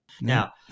Now